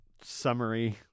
summary